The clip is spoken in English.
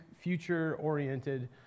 future-oriented